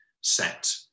set